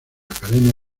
academia